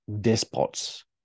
despots